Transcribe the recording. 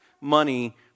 money